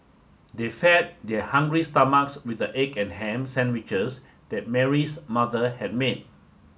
they fed their hungry stomachs with the egg and ham sandwiches that Mary's mother had made